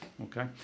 Okay